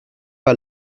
pas